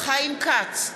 חיים כץ,